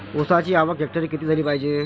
ऊसाची आवक हेक्टरी किती झाली पायजे?